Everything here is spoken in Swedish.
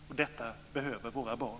Och detta behöver våra barn.